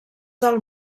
del